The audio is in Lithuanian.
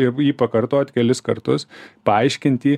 jeigu jį pakartot kelis kartus paaiškint jį